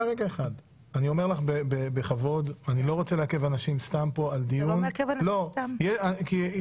אני התייחסתי לעובדה שעד היום הזה לא קיבלתי